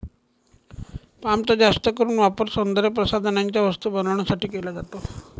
पामचा जास्त करून वापर सौंदर्यप्रसाधनांच्या वस्तू बनवण्यासाठी केला जातो